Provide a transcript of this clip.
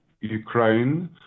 Ukraine